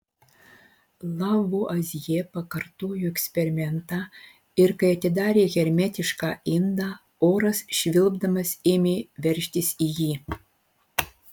lavuazjė pakartojo eksperimentą ir kai atidarė hermetišką indą oras švilpdamas ėmė veržtis į jį